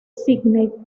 sídney